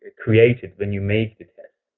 created when you make the test.